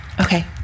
Okay